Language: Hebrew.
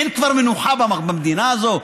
אין כבר מנוחה במדינה הזאת?